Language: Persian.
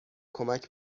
کمک